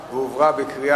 בעד, 17,